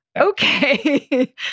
okay